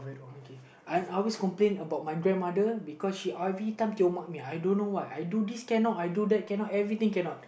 okay I I always complain about my grandmother because she everytime I don't know why I do this cannot I do that cannot everything cannot